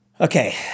Okay